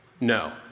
No